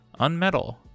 Unmetal